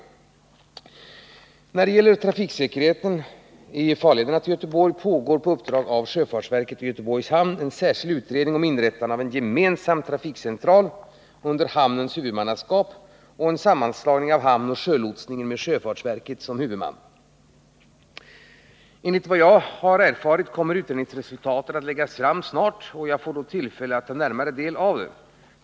När det gäller trafiksäkerheten i farlederna till Göteborg pågår på uppdrag av sjöfartsverket och Göteborgs hamn en särskild utredning om inrättande av en gemensam trafikcentral under hamnens huvudmannaskap och en sammanslagning av hamnoch sjölotsningen med sjöfartsverket som huvudman. Enligt vad jag erfarit kommer utredningsresultatet att läggas fram inom kort, och jag får då tillfälle att ta närmare del av det.